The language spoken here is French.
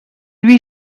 lui